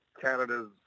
canada's